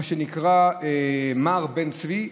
מה שנקרא מע"ר בן צבי,